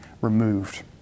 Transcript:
removed